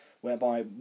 whereby